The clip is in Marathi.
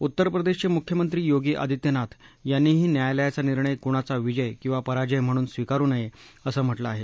उत्तर प्रदेशचे मुख्यमंत्री योगी आदित्यनाथ यांनीही न्यायालयाचा निर्णय कुणाचा विजय किंवा पराजय म्हणून स्वीकारू नयेअसं म्हटलं आहे